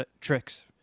tricks